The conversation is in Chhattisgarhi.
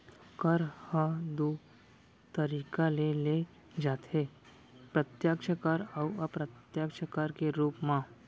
कर ह दू तरीका ले लेय जाथे प्रत्यक्छ कर अउ अप्रत्यक्छ कर के रूप म